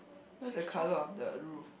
what is the colour of the roof